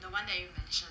the one that you mentioned